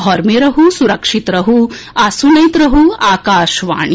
घर मे रहू सुरक्षित रहू आ सुनैत रहू आकाशवाणी